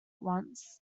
once